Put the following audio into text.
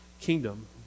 kingdom